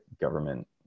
government